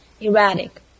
erratic